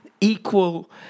equal